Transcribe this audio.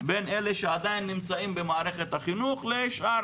בין אלה שעדיין נמצאים במערכת החינוך לשאר